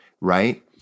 right